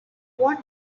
what